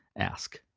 ask.